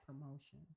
promotion